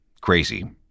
crazy